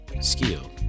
skill